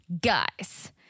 Guys